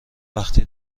وقتی